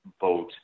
vote